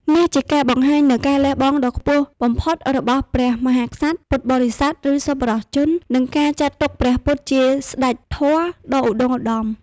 នេះជាការបង្ហាញនូវការលះបង់ដ៏ខ្ពស់បំផុត របស់ព្រះមហាក្សត្រ ពុទ្ធបរិស័ទ ឬសប្បុរសជន និងការចាត់ទុកព្រះពុទ្ធជា ស្តេចធម៌ ដ៏ឧត្តុង្គឧត្តម។